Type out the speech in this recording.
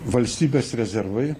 valstybės rezervai